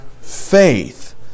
faith